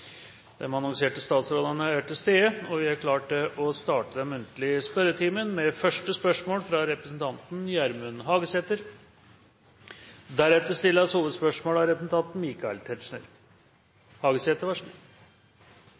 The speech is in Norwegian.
annonserte regjeringsmedlemmer er til stede, og vi er klare til å starte den muntlige spørretimen. Vi starter med første hovedspørsmål, fra representanten Gjermund Hagesæter.